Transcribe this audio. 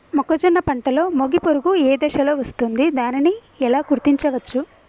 మొక్కజొన్న పంటలో మొగి పురుగు ఏ దశలో వస్తుంది? దానిని ఎలా గుర్తించవచ్చు?